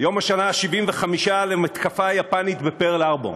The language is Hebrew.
יום השנה ה-75 למתקפה היפנית בפרל-הרבור.